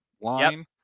line